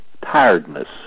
tiredness